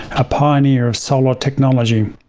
a pioneer of solar technology.